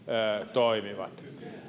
toimivat